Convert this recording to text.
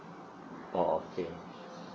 oh okay